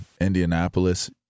Indianapolis